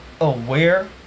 aware